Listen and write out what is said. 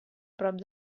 prop